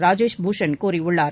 ராஜேஷ் பூஷன் கூறியுள்ளார்